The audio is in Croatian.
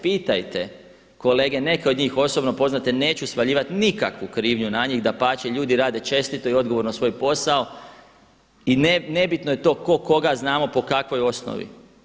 Pitajte kolege, neke od njih osobno poznajete, neću svaljivati nikakvu krivnju na njih, dapače, ljudi rade čestito i odgovorno svoj posao i ne bitno je tko koga znamo po kakvoj osnovi.